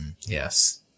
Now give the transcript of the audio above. yes